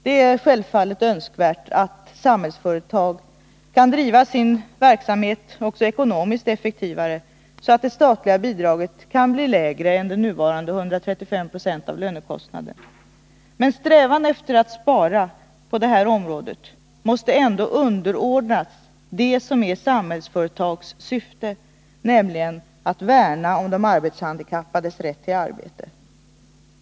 Det är självfallet önskvärt att Samhällsföretag skall driva sin verksamhet ekonomiskt effektivare, så att det statliga bidraget kan bli mindre än nuvarande 135 96 av lönekostnaderna. Men strävan efter att spara på det här området måste underordnas det som är Samhällsföretags syfte, nämligen att värna om de arbetshandikappades rätt till arbete.